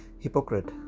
hypocrite